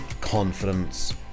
confidence